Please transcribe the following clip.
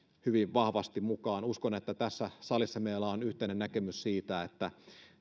hyvin vahvasti mukaan uskon että tässä salissa meillä on yhteinen näkemys siitä että